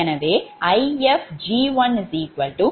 எனவே 𝐼𝑓g11−0